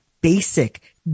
basic